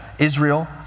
Israel